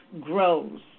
grows